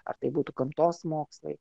ar tai būtų gamtos mokslai